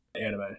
anime